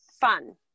fun